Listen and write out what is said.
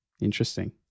Interesting